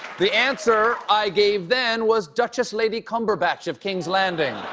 the answer i gave then was duchess lady cumberbatch of king's landing!